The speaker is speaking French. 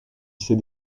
ces